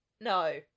no